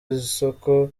isoko